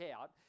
out